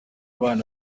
abana